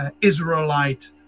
Israelite